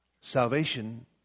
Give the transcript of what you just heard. salvation